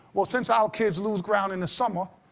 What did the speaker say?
well, since our kids lose ground in the summer,